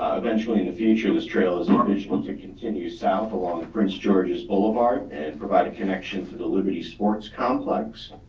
eventually in the future this trail is ah conditioned to continue south along prince george's boulevard and provide a connection for the liberty sports complex,